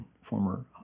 former